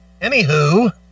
Anywho